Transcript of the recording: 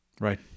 Right